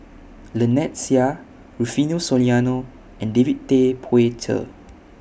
Lynnette Seah Rufino Soliano and David Tay Poey Cher